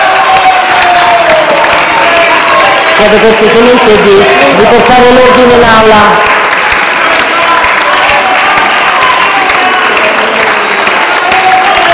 Grazie.